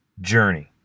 Journey